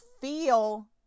feel